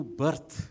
birth